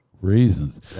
reasons